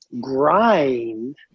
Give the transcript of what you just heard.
grind